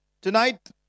Tonight